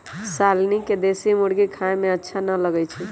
शालनी के देशी मुर्गी खाए में अच्छा न लगई छई